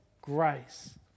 grace